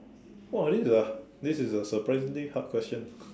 !wah! this is a this is a surprisingly hard question